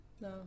No